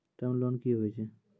Term loan कि होय छै?